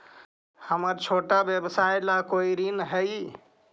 हमर छोटा व्यवसाय ला कोई ऋण हई?